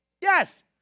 Yes